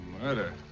murder